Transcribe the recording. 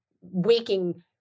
waking